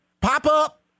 pop-up